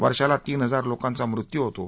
वर्षाला तीन हजार लोकांचा मृत्यू होतो